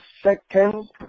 second